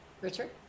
Richard